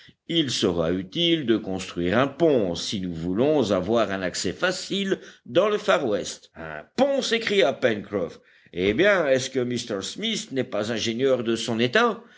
il sera utile de construire un pont si nous voulons avoir un accès facile dans le far west un pont s'écria pencroff eh bien est-ce que m smith n'est pas ingénieur de son état